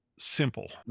simple